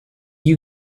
you